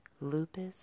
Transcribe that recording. lupus